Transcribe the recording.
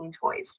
toys